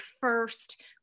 first